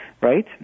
right